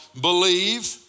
believe